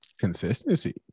Consistency